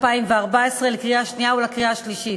המובאת לקריאה שנייה ולקריאה שלישית.